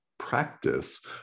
practice